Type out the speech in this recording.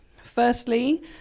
Firstly